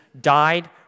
died